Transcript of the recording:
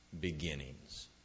beginnings